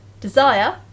desire